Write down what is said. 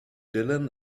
dylan